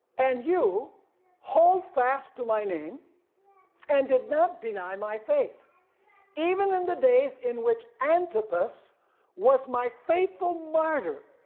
and you hold fast to my name and did not deny my faith even in the days in which antipas was my faithful martyr,